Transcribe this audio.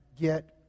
get